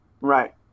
Right